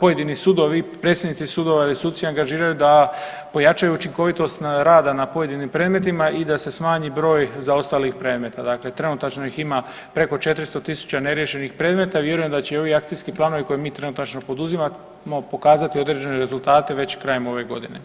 pojedini sudovi, predsjednici sudova ili suci angažiraju da pojačaju učinkovitost rada na pojedinim predmetima i da se smanji broj zaostalih predmeta, dakle trenutačno ih ima preko 400.000 neriješenih predmeta i vjerujem da će i ovi akcijski planovi koje mi trenutačno poduzimamo pokazati određene rezultate već krajem ove godine.